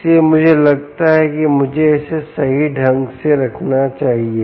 इसलिए मुझे लगता है कि मुझे इसे सही ढंग से रखना चाहिए